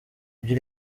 ibyo